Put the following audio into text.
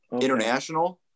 international